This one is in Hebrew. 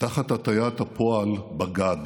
תחת הטיית הפועל בג"ד,